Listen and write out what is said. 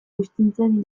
buztintzen